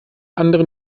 andere